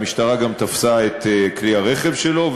המשטרה גם תפסה את כלי הרכב שלו,